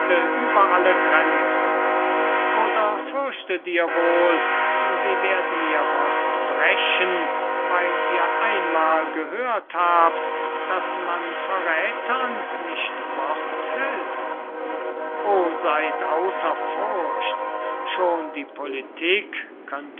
über alle grenzen oder fürchtet ihr wohl sie werden ihr wort brechen weil ihr einmal gehört habt daß man verräthern nicht wort hält o seyd ausser furcht schon die politik könnte